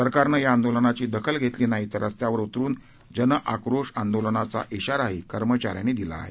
सरकारनं या आंदोलनाची दखल घेतली नाही तर रस्त्यावर उतरून जन आक्रोश आंदोलनाचा शिराही कर्मचाऱ्यांनी दिला आहे